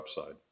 upside